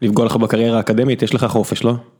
לפגוע לך בקריירה האקדמית, יש לך חופש, לא?